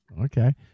Okay